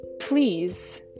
please